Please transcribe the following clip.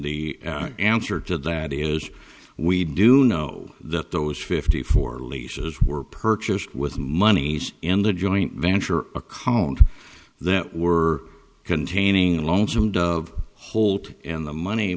the answer to that is we do know that those fifty four leases were purchased with moneys in the joint venture a colony that we're containing a lonesome dove holt and the money